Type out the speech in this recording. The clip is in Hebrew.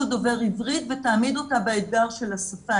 דובר בעברית ויעמידו אותה באתגר של השפה.